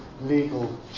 legal